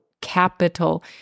capital